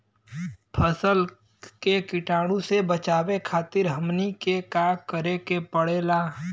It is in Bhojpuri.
फसल के कीटाणु से बचावे खातिर हमनी के का करे के पड़ेला?